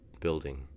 building